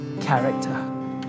character